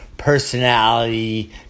personality